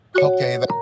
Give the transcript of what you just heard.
okay